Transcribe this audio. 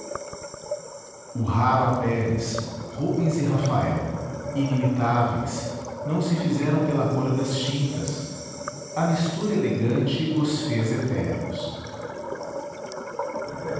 o raro apeles rubens e rafael inimitáveis não se fizeram pela cor das tintas a mistura elegante os fez eternos